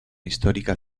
histórica